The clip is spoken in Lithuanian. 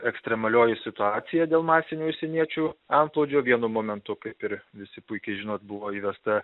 ekstremalioji situacija dėl masinių užsieniečių antplūdžio vienu momentu kaip ir visi puikiai žinot buvo įvesta